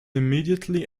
immediately